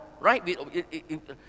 Right